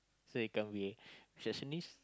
so you can't be receptionist